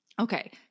Okay